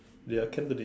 they are Cantonese